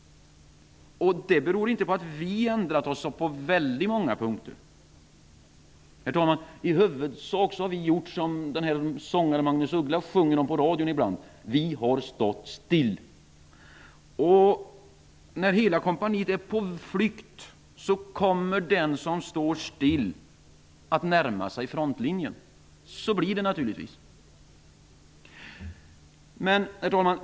Det beror inte på att vi har ändrat oss på så många punkter. Herr talman! I huvudsak har vi gjort som Magnus Uggla sjunger i radion ibland: Vi har stått stilla. När hela kompaniet är på flykt kommer den som står stilla att närma sig frontlinjen. Så blir det naturligtvis. Herr talman!